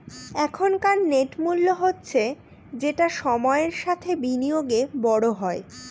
এখনকার নেট মূল্য হচ্ছে যেটা সময়ের সাথে বিনিয়োগে বড় হয়